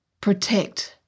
protect